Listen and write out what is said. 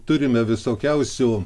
turime visokiausių